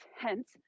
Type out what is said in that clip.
Hence